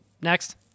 next